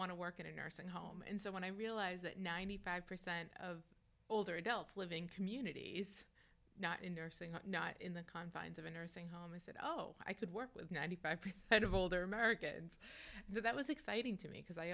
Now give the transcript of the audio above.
want to work in a nursing home and so when i realized that ninety five percent of older adults living community is not in nursing or not in the confines of a nursing home i said oh i could work with ninety five percent of older americans so that was exciting to me because i